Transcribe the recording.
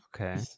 okay